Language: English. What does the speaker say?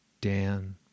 Dan